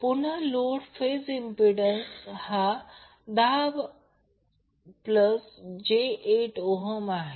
पुन्हा लोडचा phase impedance 10j8 ohm आहे